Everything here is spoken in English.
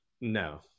No